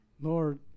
Lord